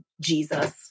Jesus